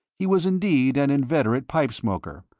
he was indeed an inveterate pipe-smoker,